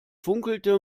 funkelte